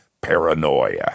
paranoia